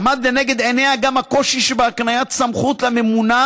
עמד לנגד עיניה גם הקושי שבהקניית סמכות לממונה